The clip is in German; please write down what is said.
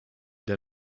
der